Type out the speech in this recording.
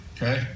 Okay